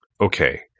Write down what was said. okay